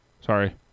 Sorry